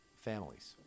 families